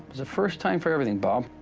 a first time for everything, bob.